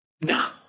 No